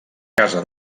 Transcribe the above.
casa